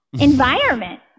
environment